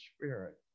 Spirit